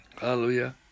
Hallelujah